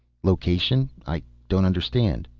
location i don't understand.